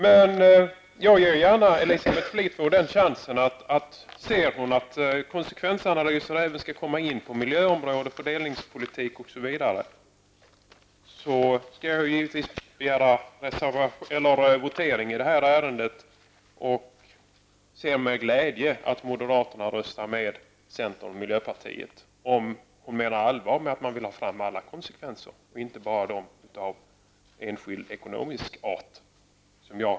Men jag ger gärna Elisabeth Fleetwood en chans. Om Elisabeth Fleetwood anser att konsekvensanalyserna ändå skall gälla på miljöområdet, inom fördelningspolitiken osv., begär jag gärna votering i det här ärendet. Jag skulle med glädje se att moderaterna röstade med centern och miljöpartiet. Och så blir det väl om Elisabeth Fleetwood menar allvar med sitt tal om viljan att få fram alla konsekvenser, inte bara de som är av enskild ekonomisk art.